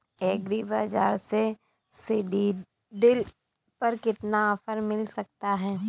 Agree Bazaar से seed drill पर कितना ऑफर मिल सकता है?